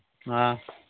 ꯑꯥ